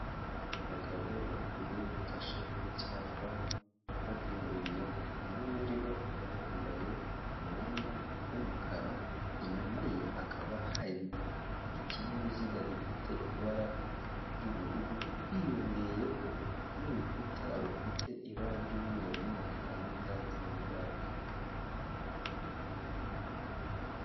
Abagabo babiri bafashe ku cyapa bagihuriyeho umwe muri bo akaba yambaye umwenda w'umukara inyuma ye hakaba hari ikinyabiziga gifite ibara ry'ubururu hiyongeyeho n'urukuta rufite ibara ry'umweru n'umukara n'ibyatsi inyuma yacyo.